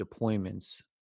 deployments